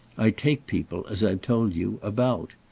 i take people, as i've told you, about.